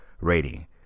rating